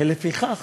ולפיכך